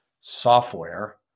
software